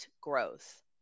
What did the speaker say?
growth